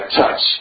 touch